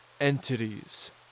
entities